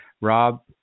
Rob